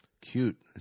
Cute